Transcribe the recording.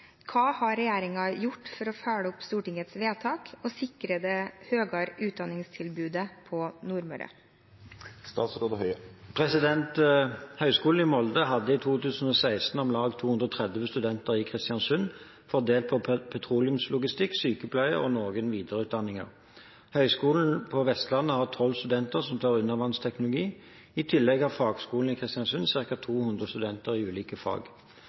gjort for å følge opp Stortingets vedtak og sikre det høyere utdanningstilbudet på Nordmøre?» Høgskolen i Molde hadde i 2016 om lag 230 studenter i Kristiansund fordelt på petroleumslogistikk, sykepleie og noen videreutdanninger. Høgskulen på Vestlandet har tolv studenter som tar undervannsteknologi. I tillegg har Fagskolen i Kristiansund ca. 200 studenter i ulike fag.